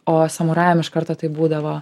o samurajam iš karto tai būdavo